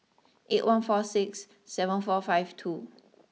eight one four six seven four five two